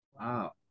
wow